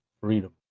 freedom